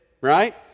right